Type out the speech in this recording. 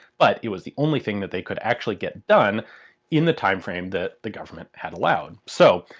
but it was the only thing that they could actually get done in the timeframe that the government had allowed. so.